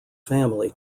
family